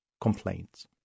complaints